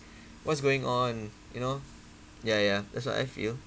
what's going on you know ya ya that's what I feel